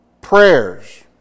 prayers